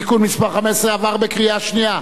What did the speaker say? רחבתו ומשמר הכנסת (תיקון מס' 15) עברה בקריאה שנייה.